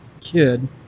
kid